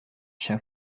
share